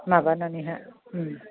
माबानानैहा